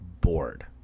bored